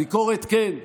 ביקורת, כן,